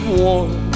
warm